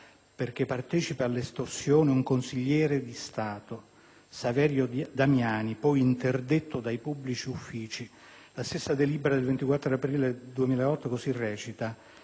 perché partecipe all'estorsione, un consigliere di Stato, Saverio Damiani, poi interdetto dai pubblici uffici. La stessa delibera della commissione